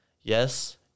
Yes